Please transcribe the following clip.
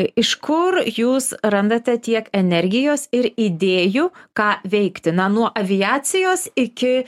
iš kur jūs randate tiek energijos ir idėjų ką veikti na nuo aviacijos iki